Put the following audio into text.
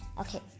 okay